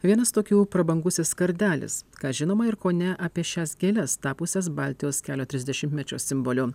vienas tokių prabangusis kardelis kas žinoma ir ko ne apie šias gėles tapusias baltijos kelio trisdešimtmečio simboliu